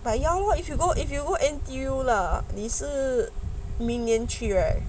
if you go if you go N_T_U lah 你是明年去